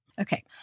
Okay